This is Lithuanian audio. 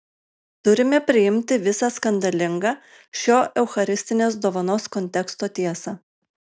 turime priimti visą skandalingą šio eucharistinės dovanos konteksto tiesą